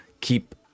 keep